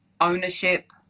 ownership